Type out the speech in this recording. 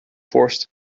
forced